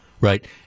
Right